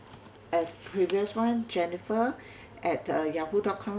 as previous one jennifer at uh Yahoo dot com